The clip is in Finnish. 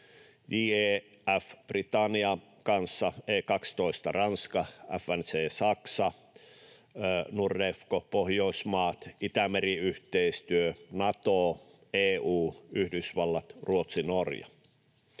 JEF Britannian kanssa, E12 Ranskan kanssa, FNC Saksan kanssa, Nordefco Pohjoismaiden kanssa, Itämeri-yhteistyö, Nato, EU, Yhdysvallat, Ruotsi, Norja.